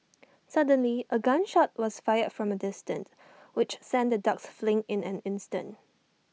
suddenly A gun shot was fired from A distance which sent the dogs fleeing in an instant